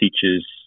teaches